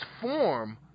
form